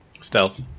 Stealth